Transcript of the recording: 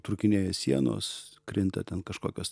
trūkinėja sienos krinta ten kažkokios